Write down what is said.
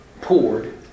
poured